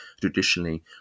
traditionally